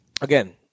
again